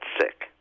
sick